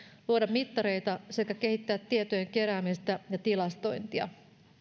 luoda mittareita sekä kehittää tietojen keräämistä ja tilastointia